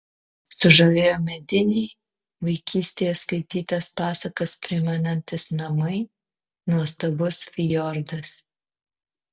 sužavėjo mediniai vaikystėje skaitytas pasakas primenantys namai nuostabus fjordas